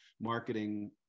marketing